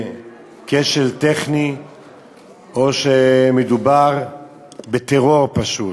בכשל טכני או שמדובר בטרור, פשוט,